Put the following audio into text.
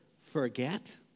forget